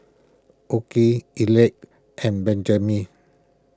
Okey Elex and Benjiman